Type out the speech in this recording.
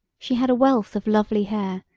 she had a wealth of lovely hair,